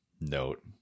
note